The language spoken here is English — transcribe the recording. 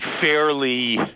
fairly